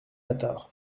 attard